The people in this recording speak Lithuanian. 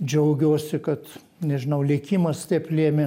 džiaugiuosi kad nežinau likimas taip lėmė